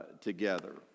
together